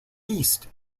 east